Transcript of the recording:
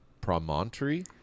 Promontory